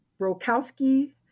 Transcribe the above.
Brokowski